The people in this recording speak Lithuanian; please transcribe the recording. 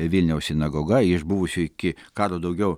vilniaus sinagoga iš buvusių iki karo daugiau